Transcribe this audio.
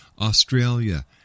Australia